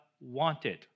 wanted